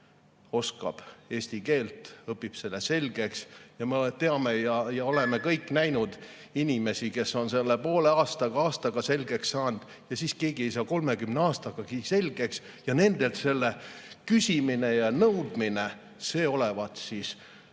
oskab eesti keelt, õpib selle selgeks. Me teame ja oleme kõik näinud inimesi, kes on selle poole aasta või aastaga selgeks saanud. Ja siis keegi ei saa 30 aastagagi selgeks ja nendelt selle küsimine ja nõudmine – see olevat ebavõrdne